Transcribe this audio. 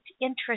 interest